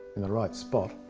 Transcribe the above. in the right spot,